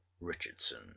Richardson